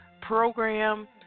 program